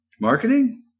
Marketing